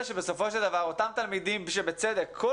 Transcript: שלא לדבר על זה שבסופו של דבר אותם תלמידים שבצדק כל